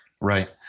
right